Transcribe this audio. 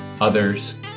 others